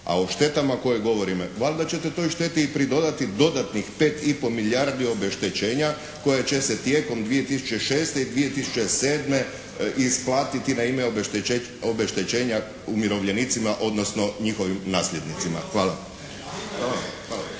A o štetama o kojima govorimo valjda ćete toj šteti i pridodati dodatnih 5 i po milijardi obeštećenja koja će se tijekom 2006. i 2007. isplatiti na ime obeštećenja umirovljenicima odnosno njihovim nasljednicima. Hvala.